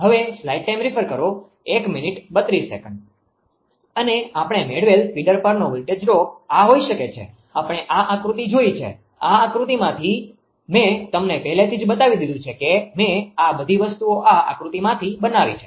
અને આપણે મેળવેલ ફીડર પરનો વોલ્ટેજ ડ્રોપ આ હોઈ શકે છે આપણે આ આકૃતિ જોઈ છે આ આકૃતિમાંથી મે તમને પહેલેથી જ બતાવી દીધું છે કે મેં આ બધી વસ્તુઓ આ આકૃતિમાંથી બનાવી છે